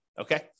Okay